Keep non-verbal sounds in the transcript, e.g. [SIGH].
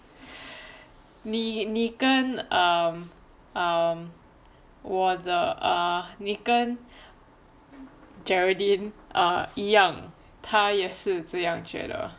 [BREATH] 你跟 um um 我的 ah 你跟 geraldine ah 一样她也是这样觉得